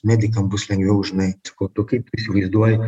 medikam bus lengviau žinai o tu kaip įsivaizduoji